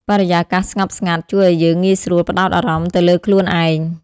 បរិយាកាសស្ងប់ស្ងាត់ជួយឲ្យយើងងាយស្រួលផ្ដោតអារម្មណ៍ទៅលើខ្លួនឯង។